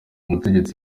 mutegetsi